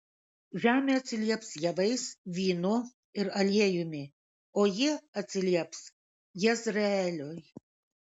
žemė atsilieps javais vynu ir aliejumi o jie atsilieps jezreeliui